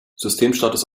systemstatus